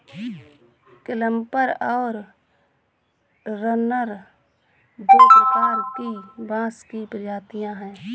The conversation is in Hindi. क्लम्पर और रनर दो प्रकार की बाँस की प्रजातियाँ हैं